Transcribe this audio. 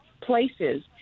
places